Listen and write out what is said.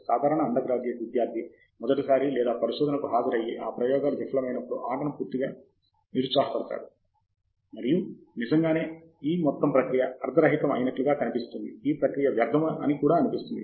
సాధారణ undergraduate విద్యార్థి మొదటి సారి లేదా పరిశోధనకు హాజరు అయ్యి ఆ ప్రయోగాలు విఫలమైనప్పుడు ఆటను పూర్తిగా నిరుత్సాహ పడతారు మరియు నిజంగానే ఈ మొత్తం ప్రక్రియ అర్థరహితంగా అయినట్లు కనిపిస్తుంది ఈ ప్రక్రియ వ్యర్ధము అని అనిపిస్తుంది